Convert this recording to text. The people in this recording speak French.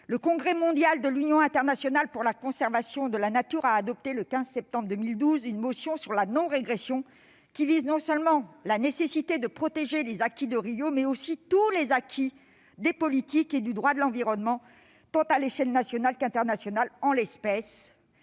le congrès mondial de l'Union internationale pour la conservation de la nature a adopté, le 15 septembre 2012, une motion sur la non-régression, qui vise non seulement la nécessité de protéger les acquis de Rio, mais aussi tous les acquis des politiques et du droit de l'environnement, à l'échelle tant nationale qu'internationale. En l'espèce,